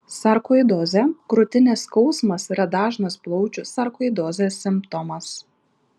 sarkoidozė krūtinės skausmas yra dažnas plaučių sarkoidozės simptomas